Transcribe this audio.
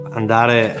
andare